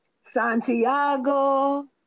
Santiago